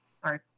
Sorry